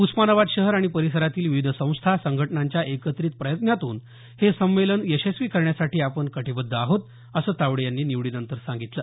उस्मानाबाद शहर आणि परिसरातील विविध संस्था संघटनांच्या एकत्रित प्रयत्नांतून हे संमेलन यशस्वी करण्यासाठी आपण कटीबध्द आहोत असं तावडे यांनी निवडीनंतर सांगितलं